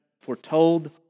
foretold